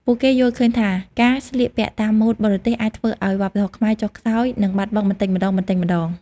ពួកគេយល់ឃើញថាការស្លៀកពាក់តាមម៉ូដបរទេសអាចធ្វើឱ្យវប្បធម៌ខ្មែរចុះខ្សោយ និងបាត់បង់បន្តិចម្តងៗ។